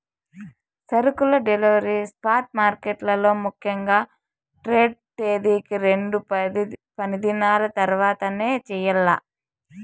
సరుకుల delivery spot మార్కెట్లలో ముఖ్యంగా ట్రేడ్ తేదీకి రెండు పనిదినాల తర్వాతనే చెయ్యాల్ల